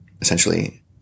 essentially